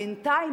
בינתיים,